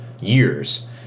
years